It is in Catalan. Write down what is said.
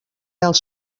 als